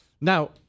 Now